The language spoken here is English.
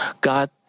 God